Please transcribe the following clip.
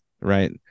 right